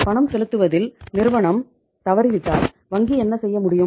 பணம் செலுத்துவதில் நிறுவனம் தவறிவிட்டால் வங்கி என்ன செய்ய முடியும்